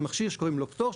יש מכשיר שקוראים לו פטור,